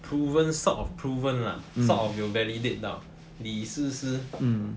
proven sort of proven lah sort of 有 validate 到李思思 p~